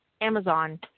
Amazon